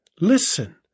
listen